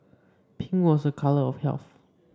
pink was a colour of health